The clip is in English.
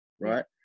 right